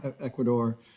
Ecuador